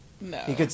No